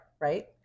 right